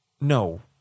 No